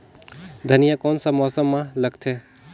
धनिया कोन सा मौसम मां लगथे?